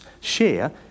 share